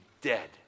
dead